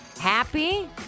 Happy